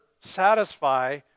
satisfy